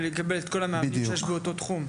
ולקבל את כל המאמנים שיש באותו התחום?